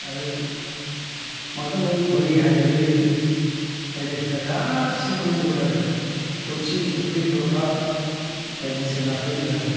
आरो मा दंबावो घरि आरि होयो बायदिसिना गासैबो होजोबो आरो थोरसि खुरै लथा बायदिसिना होयो आरो